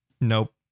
Nope